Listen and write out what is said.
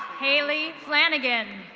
hailey flannagan.